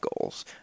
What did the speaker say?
goals